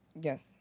Yes